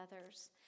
others